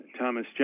Thomas